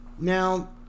now